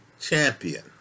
champion